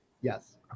Yes